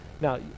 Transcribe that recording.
Now